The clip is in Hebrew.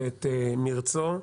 את מרצו,